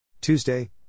Tuesday